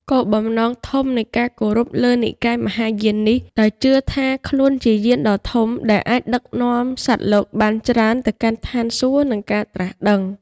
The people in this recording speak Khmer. គោលបំណងធំនៃការគោរពលើនិកាយមហាយាននេះ ដោយជឿថាខ្លួនជាយានដ៏ធំដែលអាចដឹកនាំសត្វលោកបានច្រើនទៅកាន់ឋានសួគ៌ និងការត្រាស់ដឹង។